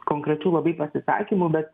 konkrečių labai pasisakymų bet